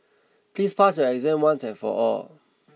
please pass your exam once and for all